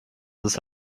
ist